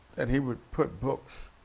and he would put books,